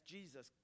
Jesus